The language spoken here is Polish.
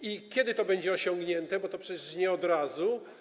Kiedy to będzie osiągnięte, bo przecież nie od razu?